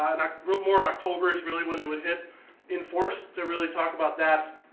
more october is really when it would hit in force to really talk about that